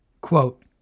Quote